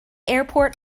airport